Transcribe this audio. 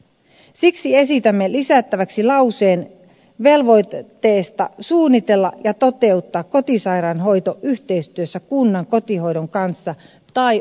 siksi esitämme lisättäväksi lauseen velvoitteesta suunnitella ja toteuttaa kotisairaanhoito yhteistyössä kunnan kotihoidon kanssa tai osana sitä